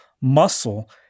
muscle